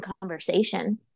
conversation